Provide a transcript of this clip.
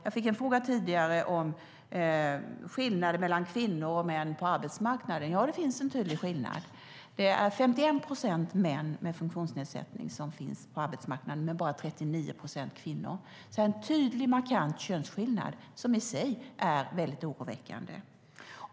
Jag fick tidigare en fråga om skillnaden mellan kvinnor och män på arbetsmarknaden. Ja, det finns en tydlig skillnad. 51 procent av männen med funktionsnedsättning finns på arbetsmarknaden, men bara 39 procent av kvinnorna. Det finns alltså en markant könsskillnad, som i sig är väldigt oroväckande.